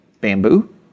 bamboo